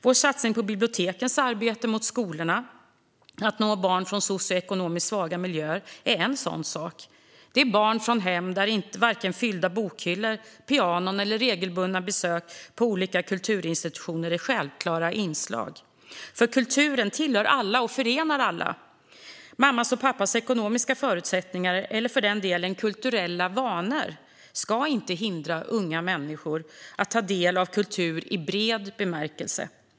Vår satsning på bibliotekens arbete gentemot skolorna för att nå barn från socioekonomiskt svaga miljöer är en sådan sak. Det handlar om barn från hem där varken fyllda bokhyllor, pianon eller regelbundna besök på olika kulturinstitutioner är självklara inslag. Kulturen tillhör alla och förenar alla. Mammas och pappas ekonomiska förutsättningar, eller för den delen kulturella vanor, ska inte hindra unga människor att ta del av kultur i bred bemärkelse.